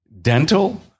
Dental